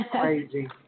Crazy